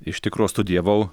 iš tikro studijavau